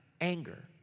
anger